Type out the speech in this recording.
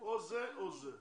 או זה או זה.